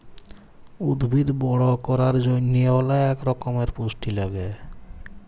উদ্ভিদ বড় ক্যরার জন্হে অলেক রক্যমের পুষ্টি লাগে